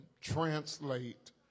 translate